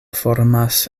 formas